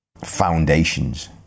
foundations